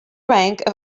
rank